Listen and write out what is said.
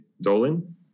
Dolan